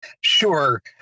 Sure